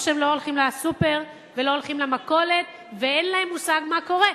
או שהם לא הולכים לסופר ולא הולכים למכולת ואין להם מושג מה קורה,